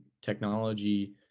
technology